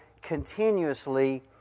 continuously